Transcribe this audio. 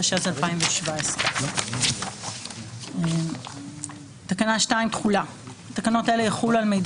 התשע"ז 2017. תקנה 2: תחולה 2.(א) תקנות אלה יחולו על מידע